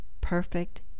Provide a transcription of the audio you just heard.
perfect